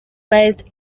based